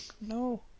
No